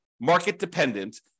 market-dependent